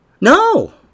No